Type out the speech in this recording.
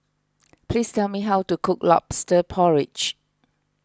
please tell me how to cook Lobster Porridge